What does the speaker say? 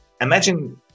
imagine